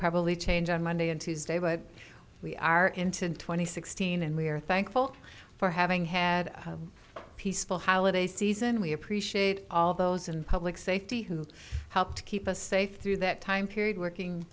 probably change on monday and tuesday but we are in ten twenty sixteen and we are thankful for having had a peaceful holiday season we appreciate all those in public safety who helped keep us safe through that time period working